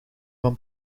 van